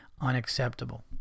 Unacceptable